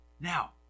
Now